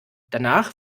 danach